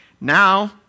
Now